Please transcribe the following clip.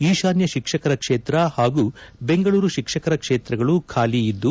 ಈಶಾನ್ಯ ಶಿಕ್ಷಕರ ಕ್ಷೇತ್ರ ಹಾಗೂ ಬೆಂಗಳೂರು ಶಿಕ್ಷಕರ ಕ್ಷೇತ್ರಗಳು ಖಾಲಿ ಇದ್ದು